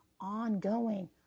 ongoing